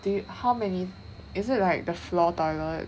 dude how many is it like the floor toilet